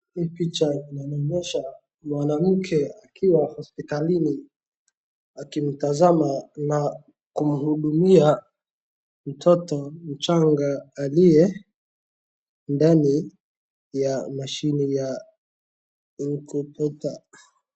Hii picha inanionyesha mwanamke akiwa hospitalini akimtazama na kumhudumia mtoto mchanga aliye ndani ya mashini ya incubator .